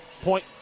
Point